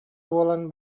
буолан